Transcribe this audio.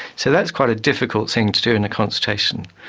so that's quite a difficult thing to do in a consultation.